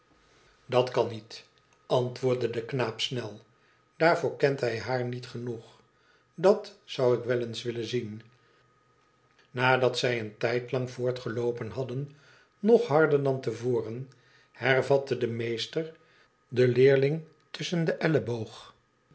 idat kan niet antwoordde de knaap snel i daarvoor kent hij haar niet genoeg dt zou ik wel eens willen zien nadat zij een tijdlang voortgeloopen hadden nog harder dan te voren hervatte de meester den leerlmg tusschen den elleboog